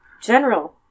General